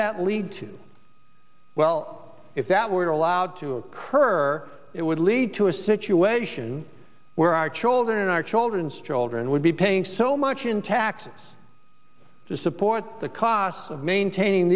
that lead to well if that were allowed to occur it would lead to a situation where our children and our children's children would be paying so much in taxes to support the costs of maintaining